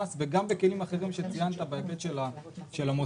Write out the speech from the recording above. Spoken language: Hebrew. וגם בכלים אחרים שציינת בהיבט של המוסדיים,